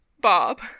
Bob